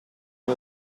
far